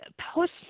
post